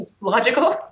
logical